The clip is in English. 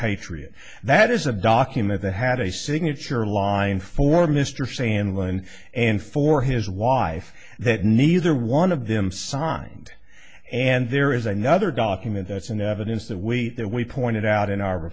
patriot that is a document that had a signature line for mr sandlin and for his wife that neither one of them signed and there is another document that's in evidence that we that we pointed out in our